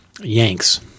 Yanks